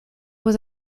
was